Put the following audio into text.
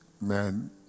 man